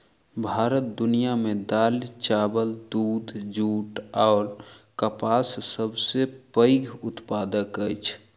भारत दुनिया मे दालि, चाबल, दूध, जूट अऔर कपासक सबसे पैघ उत्पादक अछि